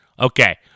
Okay